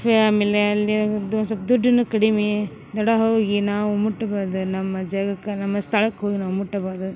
family ಅಲ್ಲಿಯದ್ದು ಒಂದು ಸ್ವಲ್ಪ ದುಡ್ಡಿನು ಕಡಿಮೆಯೇ ದಡ ಹೋಗಿ ನಾವು ಮುಟ್ಬೋದು ನಮ್ಮ ಜಾಗಕ್ಕೆ ನಮ್ಮ ಸ್ಥಳಕ್ಕೆ ಹೋಗಿ ನಾವು ಮುಟ್ಟಬೋದು